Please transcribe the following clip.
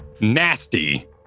nasty